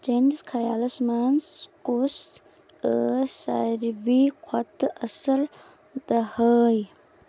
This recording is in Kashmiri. چٲنِس خیالس منٛز کۄس ٲس ساروٕے کھۄتہٕ اصٕل دہٲے